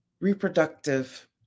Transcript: reproductive